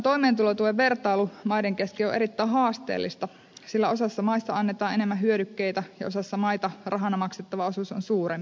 toimeentulotuen vertailu maiden kesken on erittäin haasteellista sillä osassa maista annetaan enemmän hyödykkeitä ja osassa maita rahana maksettava osuus on suurempi